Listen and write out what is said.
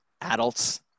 adults